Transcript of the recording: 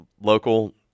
Local